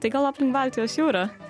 tai gal aplink baltijos jūrą